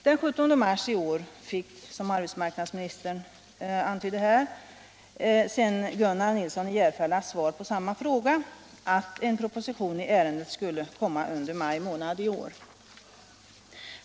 Den 17 mars i år fick, som arbetsmarknadsministern antydde här, sedan Gunnar Nilsson i Järfälla på samma fråga svaret, att en proposition i ärendet skulle komma under maj månad i år.